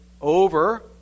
over